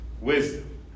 wisdom